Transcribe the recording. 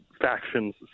factions